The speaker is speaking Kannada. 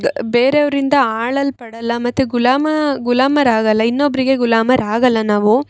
ಬೇರೆ ಅವ್ರಿಂದ ಆಳಲ್ಪಡೋಲ್ಲ ಮತ್ತು ಗುಲಾಮ ಗುಲಾಮರು ಆಗೋಲ್ಲ ಇನ್ನೊಬ್ರಿಗೆ ಗುಲಾಮರಾಗೋಲ್ಲ ನಾವು